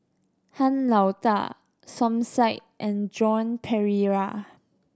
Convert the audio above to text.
Han Lao Da Som Said and Joan Pereira